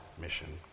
mission